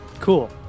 Cool